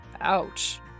Ouch